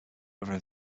whether